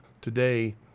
Today